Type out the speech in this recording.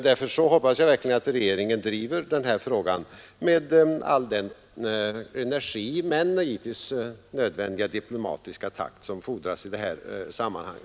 Därför hoppas jag verkligen att regeringen driver denna fråga med all energi, men givetvis med den diplomatiska takt som fordras i detta sammanhang.